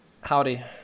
Howdy